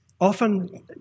often